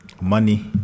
Money